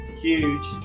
huge